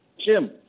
Jim